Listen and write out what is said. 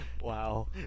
Wow